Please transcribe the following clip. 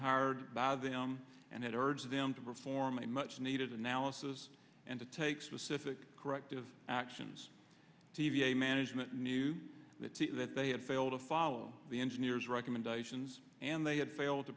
hired by them and had urged them to perform a much needed analysis and to take specific corrective actions t v a management knew that say that they had failed to follow the engineers recommendations and they had failed to